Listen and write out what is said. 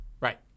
Right